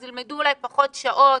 אז ילמדו אולי פחות שעות,